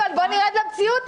בוא נראה את המציאות,